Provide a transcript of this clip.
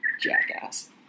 jackass